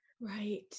Right